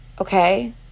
Okay